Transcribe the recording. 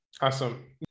Awesome